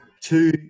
two